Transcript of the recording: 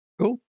Cool